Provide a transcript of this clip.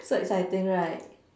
so exciting right